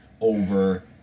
over